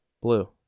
Blue